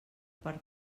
per